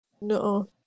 No